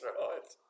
right